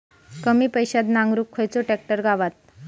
कमी पैशात नांगरुक खयचो ट्रॅक्टर गावात?